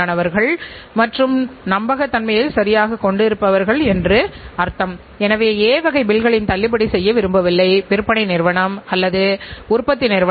அவை அரசு உற்பத்தி அல்லது சேவை நிறுவனங்களாகஇருந்தாலும் சமமாக முக்கியம் என்று நாம் சொல்கிறோம்